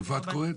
איפה את קוראת?